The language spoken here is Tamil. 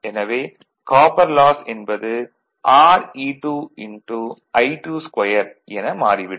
எனவே காப்பர் லாஸ் என்பது Re2 I22 என மாறிவிடும்